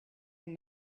can